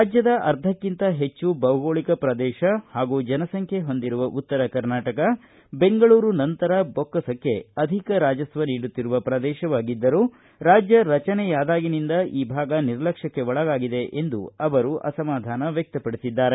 ರಾಜ್ಯದ ಅರ್ಧಕ್ಕಿಂತ ಹೆಚ್ಚು ಭೌಗೋಳಿಕ ಪ್ರದೇಶ ಹಾಗೂ ಜನಸಂಖ್ಯೆ ಹೊಂದಿರುವ ಉತ್ತರ ಕರ್ನಾಟಕ ಬೆಂಗಳೂರು ನಂತರ ಬೊಕ್ಕಸಕ್ಕೆ ಅಧಿಕ ರಾಜಸ್ವ ನೀಡುತ್ತಿರುವ ಪ್ರದೇಶವಾಗಿದ್ದರೂ ರಾಜ್ಯ ರಚನೆಯಾದಾಗಿನಿಂದ ಈ ಭಾಗ ನಿರ್ಲಕ್ಷಕ್ಕೆ ಒಳಗಾಗಿದೆ ಎಂದು ಅವರು ಅಸಮಾಧಾನ ವ್ವಕ್ತಪಡಿಸಿದ್ದಾರೆ